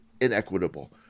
inequitable